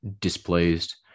displeased